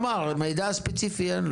מידע ספציפי.